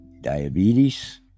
diabetes